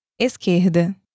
Esquerda